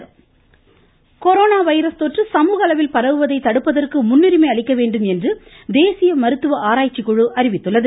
Balram Bhargava corona virus தொற்று சமூக அளவில் பரவுவதை தடுப்பதற்கு முன்னுரிமை அளிக்க வேண்டும் என்று தேசிய மருத்துவ ஆராய்ச்சிக்குழு அறிவித்துள்ளது